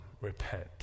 repent